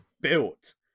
built